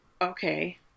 okay